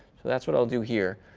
so that's what i'll do here.